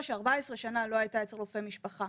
שארבע עשרה שנה לא הייתה אצל רופא משפחה,